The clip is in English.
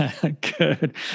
Good